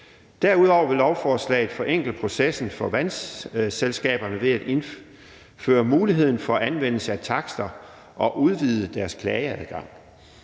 Derudover vil lovforslaget forenkle processen for vandselskaberne ved at indføre muligheden for anvendelse af takster og udvide deres klageadgang.